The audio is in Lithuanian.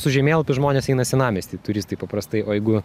su žemėlapiu žmonės eina senamiesty turistai paprastai o jeigu